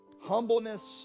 Humbleness